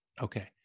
Okay